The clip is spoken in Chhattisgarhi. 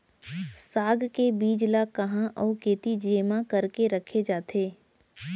साग के बीज ला कहाँ अऊ केती जेमा करके रखे जाथे?